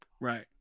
right